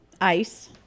Ice